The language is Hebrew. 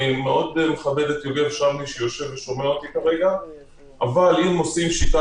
שמי יפית בבילה שמר,